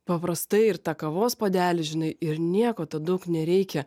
paprastai ir tą kavos puodelį žinai ir nieko to daug nereikia